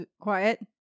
quiet